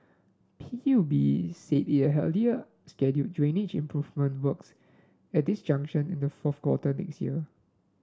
P U B said it had earlier scheduled drainage improvement works at this junction in the fourth quarter next year